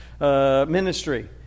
ministry